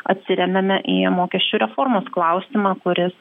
atsiremiame į mokesčių reformos klausimą kuris